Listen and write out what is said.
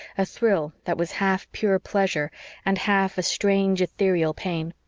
a thrill that was half pure pleasure and half a strange, ethereal pain.